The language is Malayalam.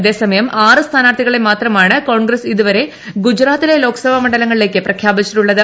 അതേസമയം ആറു സ്ഥാനാർത്ഥികളെ മാത്രമാണ് കോൺഗ്രസ് ഇതുവരെ ഗുജറാത്തിലെ ലോക്സഭാ മണ്ഡലങ്ങളിലേയ്ക്ക് പ്രഖ്യാപിച്ചിട്ടുള്ളത്